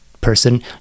person